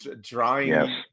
drawing